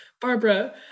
Barbara